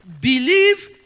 believe